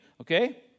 okay